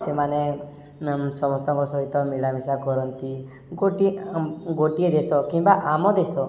ସେମାନେ ସମସ୍ତଙ୍କ ସହିତ ମିଳାମିଶା କରନ୍ତି ଗୋଟିଏ ଗୋଟିଏ ଦେଶ କିମ୍ବା ଆମ ଦେଶ